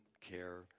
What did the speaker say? care